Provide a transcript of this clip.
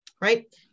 right